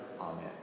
amen